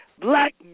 Black